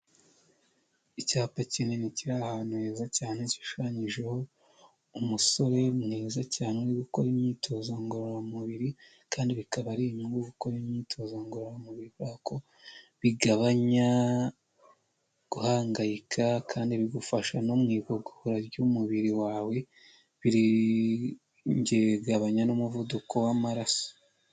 Icyapa kinini kiri ahantu heza cyane hishushanyijeho umusore mwiza cyane uri gukora imyitozo ngororamubiri kandi bikaba ari inyungu gukora imyitozo ngororamubiri Kubera ko l bigabanya guhangayika kandi bigufasha no mu igogora ry'umubiri wawe bigabanya n'umuvuduko w'amaraso.